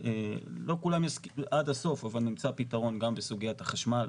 לא כולם יסכימו עד הסוף אבל נמצא פתרון גם בסוגיית החשמל,